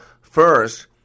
first